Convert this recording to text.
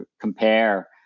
compare